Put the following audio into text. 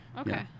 Okay